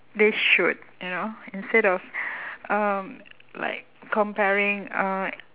they should you know instead of um like comparing uh